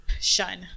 shun